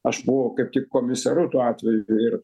aš buvau kaip tik komisaru tuo atveju ir